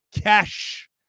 cash